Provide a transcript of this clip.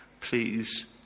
please